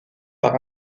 par